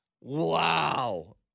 Wow